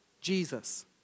Jesus